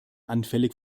anfällig